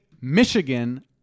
Michigan